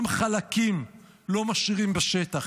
גם חלקים לא משאירים בשטח.